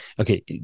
okay